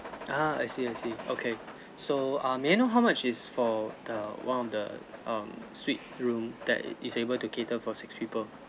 ah I see I see okay so um may I know how much is for the one of the um suite room that is able to cater for six people